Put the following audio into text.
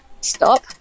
stop